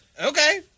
Okay